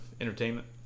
entertainment